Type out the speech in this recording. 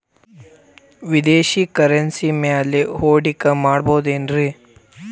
ವಿದೇಶಿ ಕರೆನ್ಸಿ ಮ್ಯಾಲೆ ಹೂಡಿಕೆ ಮಾಡಬಹುದೇನ್ರಿ?